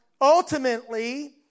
ultimately